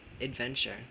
adventure